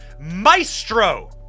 maestro